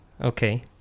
okay